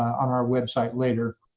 on our website later.